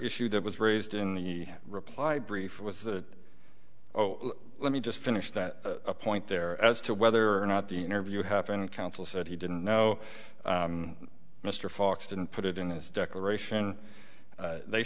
issue that was raised in the reply brief with the oh let me just finish that point there as to whether or not the interview happened in council said he didn't know mr fox didn't put it in his declaration they